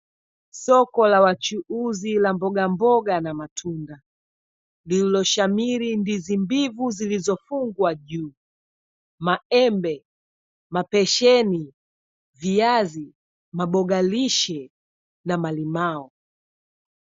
Soko la wachuuzi la mbogamboga na matunda. Lilioshamiri ndizi mbivu zilizofungwa juu, maembe, mapesheni, viazi, maboga lishe na malimao.